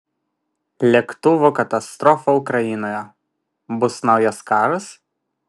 lėktuvo katastrofa ukrainoje bus naujas karas